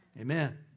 Amen